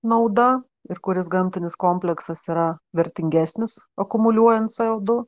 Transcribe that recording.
nauda ir kuris gamtinis kompleksas yra vertingesnis akumuliuojant c o du